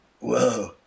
whoa